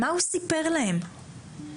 מה הוא סיפר להם.